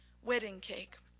wedding cake